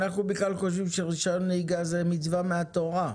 אנחנו בכלל חושבים שרישיון נהיגה זה מצווה מהתורה,